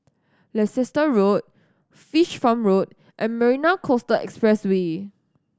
Leicester Road Fish Farm Road and Marina Coastal Expressway